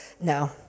No